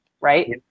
right